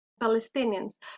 palestinians